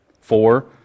Four